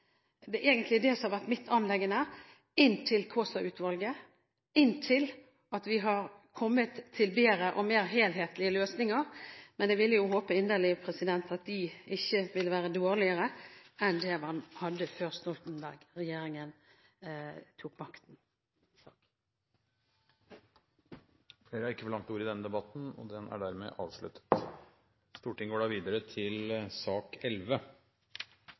Det vi egentlig ber om, er å få tilbake den ordningen man hadde tidligere. Det er egentlig det som har vært mitt anliggende, inntil vi kommer til bedre og mer helhetlige løsninger. Jeg vil jo inderlig håpe at de ikke vil være dårligere enn det man hadde før Stoltenberg-regjeringen tok makten. Flere har ikke bedt om ordet til sak